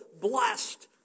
blessed